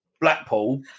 Blackpool